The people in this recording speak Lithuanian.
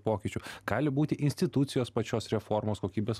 pokyčių gali būti institucijos pačios reformos kokybės